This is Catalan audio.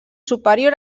superior